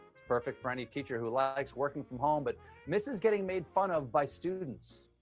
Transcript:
it's perfect for any teacher who likes working from home but misses getting made fun of by students.